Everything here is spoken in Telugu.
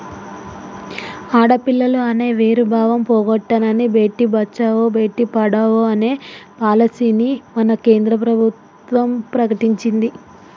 ఆడపిల్లలు అనే వేరు భావం పోగొట్టనని భేటీ బచావో బేటి పడావో అనే పాలసీని మన కేంద్ర ప్రభుత్వం ప్రకటించింది